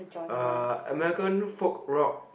uh American folk rock